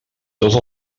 tots